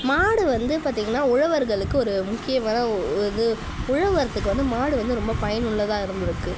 மாடு வந்து பார்த்திங்கன்னா உழவர்களுக்கு ஒரு முக்கியமான இது உழுவுறதுக்கு மாடு வந்து ரொம்ப பயனுள்ளதாக இருந்துருக்குது